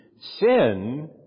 sin